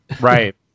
Right